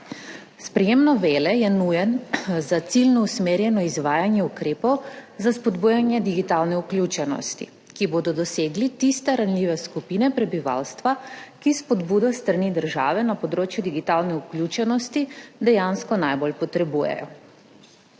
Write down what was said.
Sprejetje novele je nujno za ciljno usmerjeno izvajanje ukrepov za spodbujanje digitalne vključenosti, ki bodo dosegli tiste ranljive skupine prebivalstva, ki spodbudo s strani države na področju digitalne vključenosti dejansko najbolj potrebujejo.